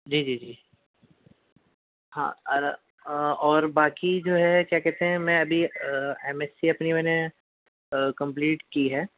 جی جی جی ہاں اور باقی جو ہے کیا کہتے ہیں میں ابھی ایم ایس سی اپنی میں نے کمپلیٹ کی ہے